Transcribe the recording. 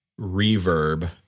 reverb